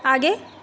आगे